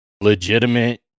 legitimate